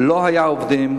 לא היו עובדים.